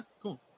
cool